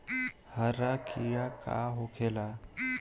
हरा कीड़ा का होखे ला?